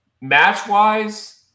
match-wise